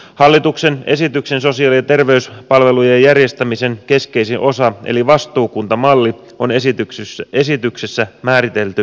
hallituksen esityksen sosiaali ja terveyspalvelujen järjestämisen keskeisin osa eli vastuukuntamalli on esityksessä määritelty sekavasti